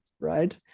right